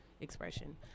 Expression